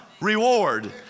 reward